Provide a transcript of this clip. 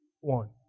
one